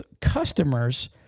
customers